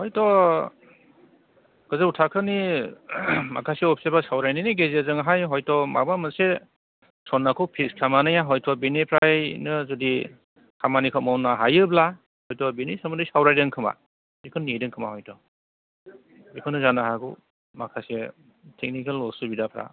हयथ' गोजौ थाखोनि माखासे अफिसारफ्रा सावरायनायनि गेजेरजोंहाय हयथ' माबा मोनसे समयखौ फिक्स खालामनानै हयथ' बेनिफ्रायनो जुदि खामानिखौ मावनो हायोब्ला हयथ' बेनि सोमोन्दै सावरायदों खोमा बेखौ नेदों खोमा हयथ' बेखौनो जानो हागौ माखासे टेकनिकेल असुबिदाफ्रा